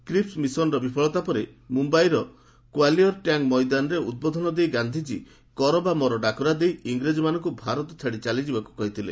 Cripps ମିଶନର ବିଫଳତା ପରେ ମୁମ୍ୟାଇର କ୍ୱାଲିଅର ଟ୍ୟାଙ୍ଗ ମଇଦାନରେ ଉଦ୍ବୋଧନ ଦେଇ ଗାନ୍ଧିଜ୍ଞା 'କର ବା ମର' ଡାକରା ଦେଇ ଇଂରେଜମାନଙ୍କୁ ଭାରତ ଛାଡ଼ି ଚାଲିଯିବାକୁ କହିଥିଲେ